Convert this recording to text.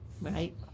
right